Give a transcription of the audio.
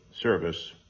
service